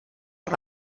per